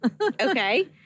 Okay